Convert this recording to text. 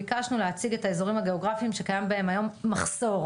ביקשנו להציג את האזורים הגיאוגרפיים שקיים בהם היום מחסור.